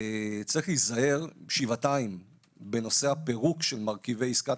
צריך להיזהר שבעתיים בנושא הפירוק של מרכיבי עסקת